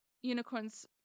unicorns